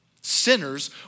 sinners